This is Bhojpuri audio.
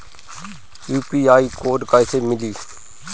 यू.पी.आई कोड कैसे मिली?